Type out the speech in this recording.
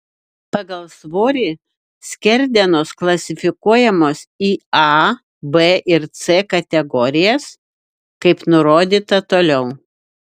pagal svorį skerdenos klasifikuojamos į a b ir c kategorijas kaip nurodyta toliau